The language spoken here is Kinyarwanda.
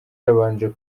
yabanje